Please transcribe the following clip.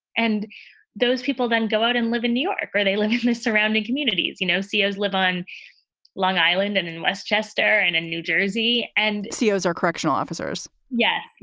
and those people then go out and live in new york or they live in the surrounding communities. you know, ceos live on long island and in west chester and in new jersey and ceos or correctional officers yes.